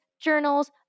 journals